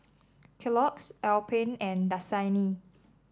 Kellogg's Alpen and Dasani